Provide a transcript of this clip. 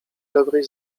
dobrej